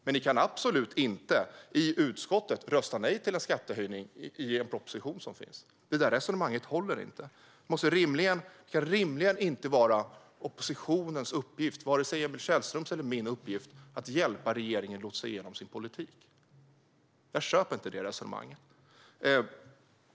Men ni kan tydligen absolut inte i utskottet rösta nej till en skattehöjning i en proposition. Resonemanget håller inte. Det kan rimligen inte vara oppositionens, vare sig Emil Källströms eller min, uppgift att hjälpa regeringen att lotsa igenom sin politik. Jag köper inte det resonemanget.